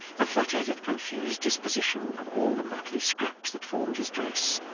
the fluttered and confused disposition of all the motley scraps that formed his dress,